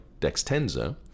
Dextenza